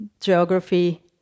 geography